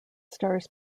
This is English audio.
stars